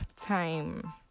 time